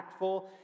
impactful